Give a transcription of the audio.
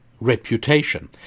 reputation